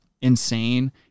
insane